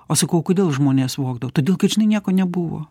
o sakau kodėl žmonės vogdavo todėl kad žinai nieko nebuvo